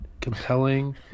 compelling